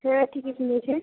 হ্যাঁ ঠিকই শুনেছেন